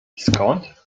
skąd